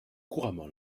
couramment